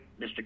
Mr